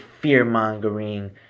fear-mongering